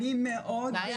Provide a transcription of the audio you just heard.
כן.